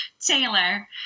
Taylor